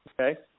Okay